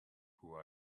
who